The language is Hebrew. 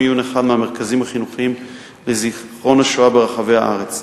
עיון באחד מהמרכזים החינוכיים לזיכרון השואה ברחבי הארץ.